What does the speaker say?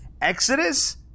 Exodus